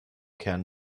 kern